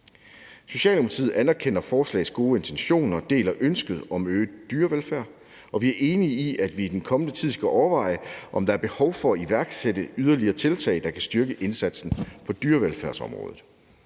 Socialdemokratiet anerkender forslagets gode intentioner og deler ønsket om øget dyrevelfærd, og vi er enige i, at vi i den kommende tid skal overveje, om der er behov for at iværksætte yderligere tiltag, der kan styrke indsatsen på dyrevelfærdsområdet.